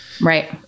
right